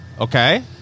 Okay